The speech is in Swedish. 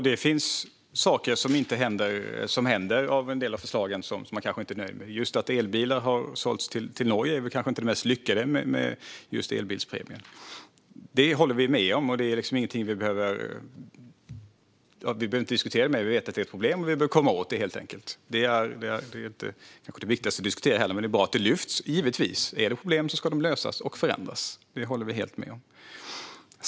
Fru talman! Ja, det händer saker med en del av förslagen som vi inte är nöjda med. Att elbilar har sålts till Norge är kanske inte det mest lyckade med elbilspremien. Det håller vi med om, så vi behöver inte diskutera det mer. Vi vet att det är ett problem, och vi vill komma åt det. Det är kanske inte heller det viktigaste att diskutera, men det är givetvis bra att det lyfts fram. Finns det problem ska de lösas och förslagen ändras. Det håller vi helt med om.